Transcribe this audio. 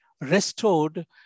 restored